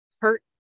hurt